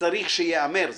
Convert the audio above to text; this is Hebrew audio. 40 שנה, חברים,